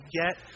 get